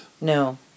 No